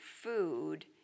food